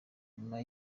nyuma